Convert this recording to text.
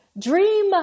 dream